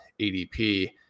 ADP